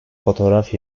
fotoğraf